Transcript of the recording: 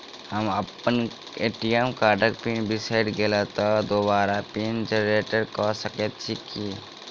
हम अप्पन ए.टी.एम कार्डक पिन बिसैर गेलियै तऽ हमरा दोबारा पिन जेनरेट कऽ सकैत छी की?